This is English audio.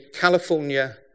California